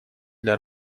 для